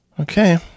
okay